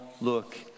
look